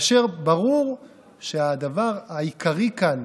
ברור שהדבר העיקרי כאן,